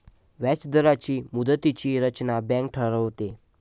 व्याजदरांची मुदतीची रचना बँक ठरवते